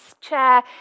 chair